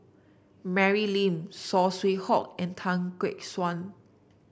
Mary Lim Saw Swee Hock and Tan Gek Suan